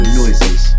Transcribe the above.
noises